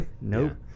Nope